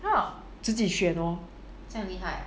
自己选哦